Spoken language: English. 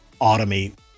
automate